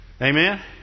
Amen